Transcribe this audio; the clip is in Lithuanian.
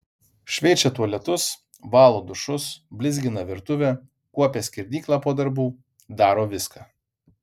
šveičia tualetus valo dušus blizgina virtuvę kuopia skerdyklą po darbų daro viską